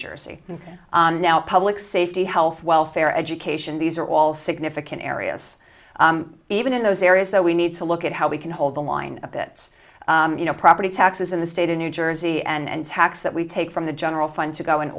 jersey and now public safety health welfare education these are all significant areas even in those areas that we need to look at how we can hold the line a bit you know property taxes in the state in new jersey and tax that we take from the general fund to go